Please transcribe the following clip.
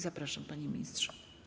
Zapraszam, panie ministrze.